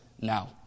now